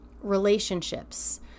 Relationships